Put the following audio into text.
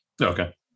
Okay